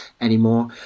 anymore